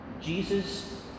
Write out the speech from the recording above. Jesus